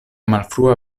malfrua